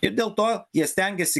ir dėl to jie stengiasi